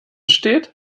steht